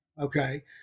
Okay